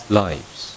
lives